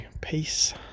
peace